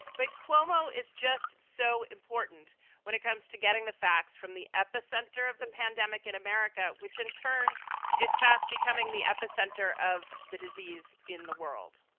but cuomo is just so important when it comes to getting the facts from the epicenter of the pandemic in america, which in turn is fast becoming the epicenter of the disease in the world.